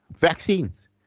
vaccines